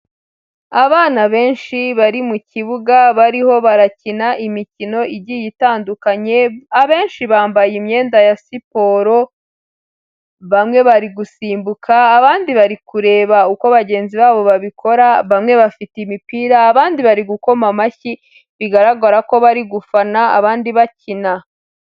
Abana benshi bari mu kibuga bariho barakina imikino igiye itandukanye, abenshi bambaye imyenda ya siporo, bamwe bari gusimbuka abandi bari kureba uko bagenzi babo babikora, bamwe bafite imipira, abandi bari gukoma amashyi bigaragara ko bari gufana abandi bakina.